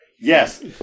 Yes